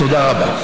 תודה רבה.